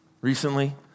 recently